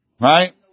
right